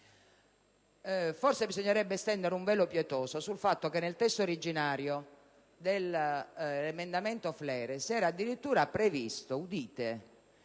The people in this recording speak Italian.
Forse bisognerebbe stendere un velo pietoso sul fatto che nel testo originario dell'emendamento Fleres era addirittura previsto - udite!